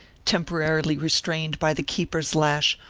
temporarily restrained by the keeper's lash,